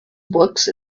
books